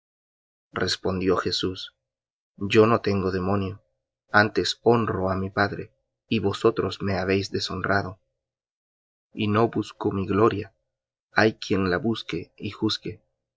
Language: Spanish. respondió jesús yo no tengo demonio antes honro á mi padre y vosotros me habéis deshonrado y no busco mi gloria hay quien busque y juzgue